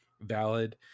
valid